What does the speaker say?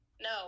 No